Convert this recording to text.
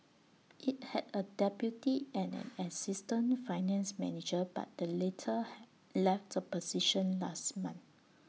IT had A deputy and an assistant finance manager but the latter left the position last month